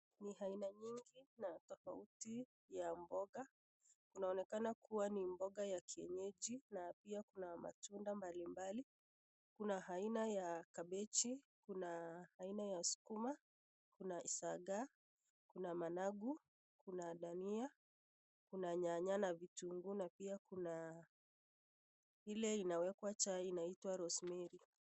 Ni aina nyingi na tofauti ya mboga. Kunaonekana kuwa ni mboga ya kienyeji na pia kuna matunda mbalimbali. Kuna aina ya kabeji, kuna aina ya sukuma, kuna isaga ,kuna managu ,kuna dania, kuna nyanya na vitunguu na pia kuna ile inawekwa chai inaitwa rosemary .